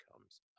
comes